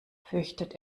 fürchtet